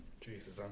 Jesus